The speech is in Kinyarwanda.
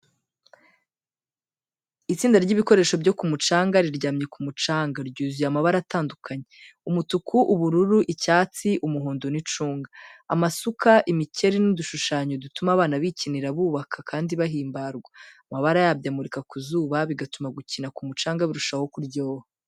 Itsinda ry’ibikinisho byo ku mucanga riryamye ku mucanga, ryuzuye amabara atandukanye: umutuku, ubururu, icyatsi, umuhondo n’icunga. Amasuka, imikeri n'udushushanyo dutuma abana bikinira, bubaka, kandi bahimbarwa. Amabara yabyo amurika ku zuba, bigatuma gukina ku mucanga birushaho kuryoha.